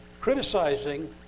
criticizing